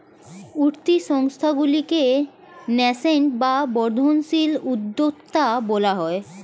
উঠতি সংস্থাগুলিকে ন্যাসেন্ট বা বর্ধনশীল উদ্যোক্তা বলা হয়